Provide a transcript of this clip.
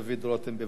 בבקשה.